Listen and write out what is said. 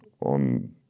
on